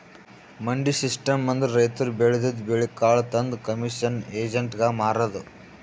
ಮಂಡಿ ಸಿಸ್ಟಮ್ ಅಂದ್ರ ರೈತರ್ ಬೆಳದಿದ್ದ್ ಬೆಳಿ ಕಾಳ್ ತಂದ್ ಕಮಿಷನ್ ಏಜೆಂಟ್ಗಾ ಮಾರದು